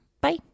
Bye